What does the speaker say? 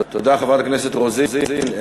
תודה, חברת הכנסת רוזין.